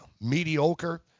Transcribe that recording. mediocre